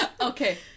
Okay